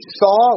saw